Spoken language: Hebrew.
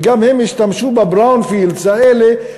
וגם הם השתמשו ב-brownfields האלה,